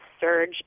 surge